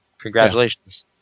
congratulations